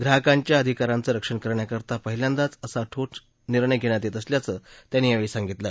ग्राहकांच्या आधिकारांचं रक्षण करण्याकरता पहिल्यांदाच असा ठोस निर्णय घखित यत्त असल्याचं त्यांनी यावळी सांगितलं